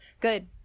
Good